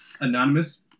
anonymous